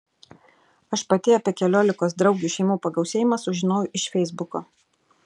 aš pati apie keliolikos draugių šeimų pagausėjimą sužinojau iš feisbuko